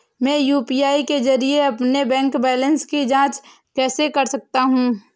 मैं यू.पी.आई के जरिए अपने बैंक बैलेंस की जाँच कैसे कर सकता हूँ?